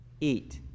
eat